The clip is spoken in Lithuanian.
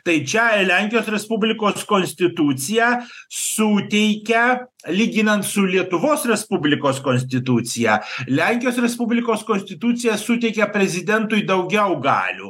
tai čia lenkijos respublikos konstitucija suteikia lyginant su lietuvos respublikos konstitucija lenkijos respublikos konstitucija suteikia prezidentui daugiau galių